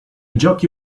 giochi